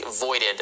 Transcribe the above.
voided